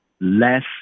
Less